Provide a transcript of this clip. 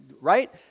right